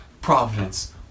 providence